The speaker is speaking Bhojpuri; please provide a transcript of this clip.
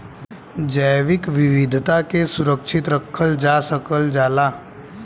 जैविक विविधता के सुरक्षित रखल जा सकल जाला